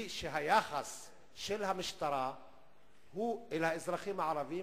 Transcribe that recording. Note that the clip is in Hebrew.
היא שהיחס של המשטרה אל האזרחים הערבים